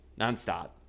nonstop